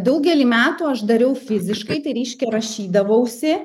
daugelį metų aš dariau fiziškai tai reiškia rašydavausi